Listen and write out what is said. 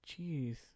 Jeez